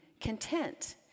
content